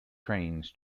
trains